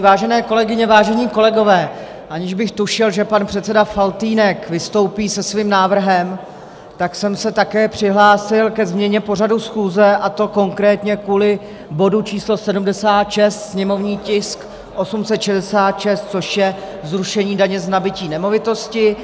Vážené kolegyně, vážení kolegové, aniž bych tušil, že pan předseda Faltýnek vystoupí se svým návrhem, tak jsem se také přihlásil ke změně pořadu schůze, a to konkrétně kvůli bodu číslo 76, sněmovní tisk 866, což je zrušení daně z nabytí nemovitosti.